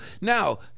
now